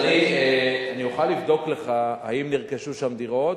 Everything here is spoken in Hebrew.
אז אני אוכל לבדוק לך אם נרכשו דירות,